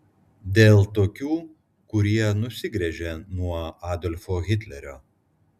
dėl tokių kurie nusigręžė nuo adolfo hitlerio